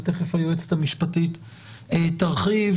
ותיכף היועצת המשפטית תרחיב,